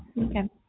Okay